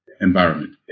environment